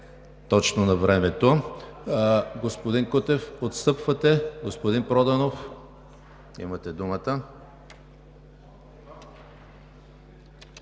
точно във времето. Господин Кутев – отстъпвате? Господин Проданов, имате думата.